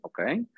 okay